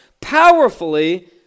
powerfully